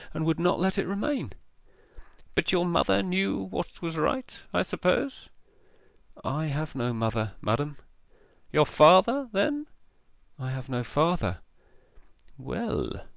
and would not let it remain but your mother knew what was right, i suppose i have no mother, madam your father, then i have no father well,